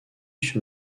sur